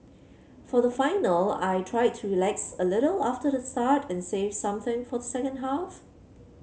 for the final I tried to relax a little after the start and save something for the second half